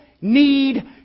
need